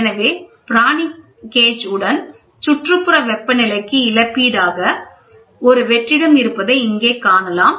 எனவே பிரானி உடன் சுற்றுப்புற வெப்பநிலைக்கு இழப்பீடாக ஒரு வெற்றிடம் இருப்பதை இங்கே காணலாம்